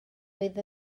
fydd